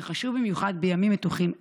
שחשוב במיוחד בימים מתוחים אלה.